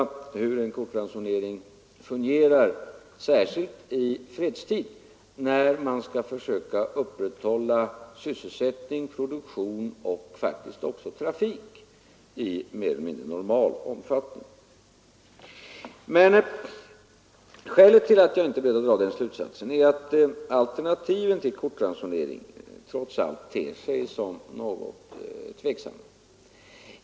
Vi skall pröva hur en kortransonering fungerar, särskilt i fredstid när vi skall försöka att i mer eller mindre normal omfattning upprätthålla sysselsättning, produktion och trafik. Skälet till att jag inte drar samma slutsats som herr Wirtén är att alternativen till kortransoneringen ter sig något tveksamma.